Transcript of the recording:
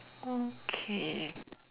okay